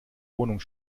wohnung